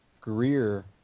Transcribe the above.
Greer